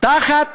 תחת